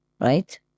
right